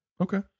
Okay